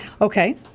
Okay